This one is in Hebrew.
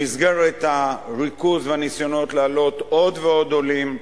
במסגרת הריכוז והניסיונות להעלות עוד ועוד עולים,